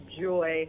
joy